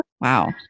Wow